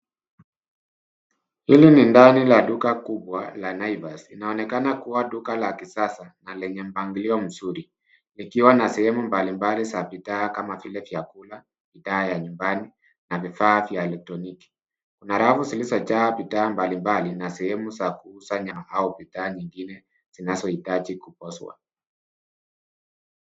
Hili ni ndani la duka kubwa la Naivas. Linaonekana kuwa duka la kisasa na lenye mpangilio mzuri likiwa na sehemu mbalimbali za bidhaa kama vile vyakula, bidhaa ya nyumbani na vifaa vya elektroniki. Kuna rafu zilizojaa bidhaa mbalimbali na sehemu za kuuza nyama au bidhaa zingine zinazohitaji kupasua.